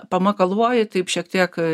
pamakaluoji taip šiek tiek